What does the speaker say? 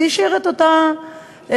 זה השאיר את אותו המהלך,